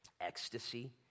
ecstasy